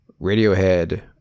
Radiohead